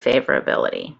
favorability